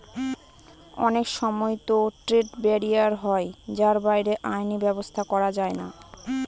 অনেক সময়তো trade barrier হয় যার বাইরে আইনি ব্যাবস্থা করা যায়না